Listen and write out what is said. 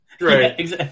Right